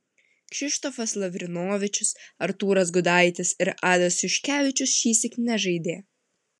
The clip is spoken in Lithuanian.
kšištofas lavrinovičius artūras gudaitis ir adas juškevičius šįsyk nežaidė